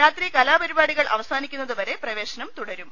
രാത്രി കലാ പരിപാടികൾ അവസാനിക്കുന്നതു വരെ പ്രവേശനം തുടരും